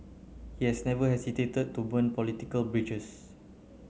he has never hesitated to burn political bridges